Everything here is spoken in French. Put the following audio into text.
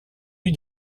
lie